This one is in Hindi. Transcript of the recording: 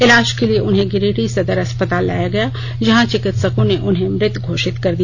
इलाज के लिए उन्हें गिरिडीह सदर अस्पताल लाया गया जहाँ चिकित्सकों ने उन्हें मृत घोषित कर दिया